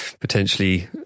potentially